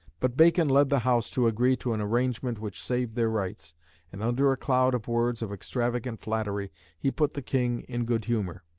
but bacon led the house to agree to an arrangement which saved their rights and under a cloud of words of extravagant flattery he put the king in good-humour,